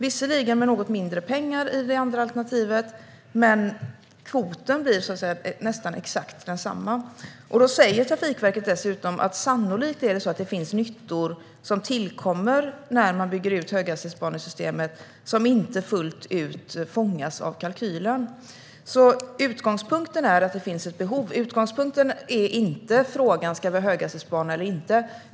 Visserligen är det något mindre pengar i det andra alternativet, men kvoten blir nästan exakt densamma. Enligt Trafikverket finns det också sannolikt nyttor som tillkommer när man bygger ut höghastighetsbanesystemet men som inte fullt ut fångas av kalkylen. Utgångspunkten är att det finns ett behov. Utgångspunkten är inte frågan om vi ska ha en höghastighetsbana eller inte.